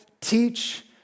teach